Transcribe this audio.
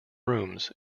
rooms